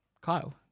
Kyle